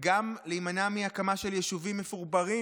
וגם להימנע מהקמה של יישובים מפורברים,